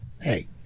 Hey